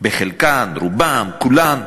חלקן, רובן, כולן,